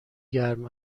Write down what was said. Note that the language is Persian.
گرم